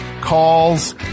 calls